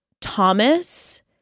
Thomas